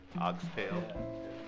Oxtail